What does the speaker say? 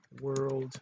World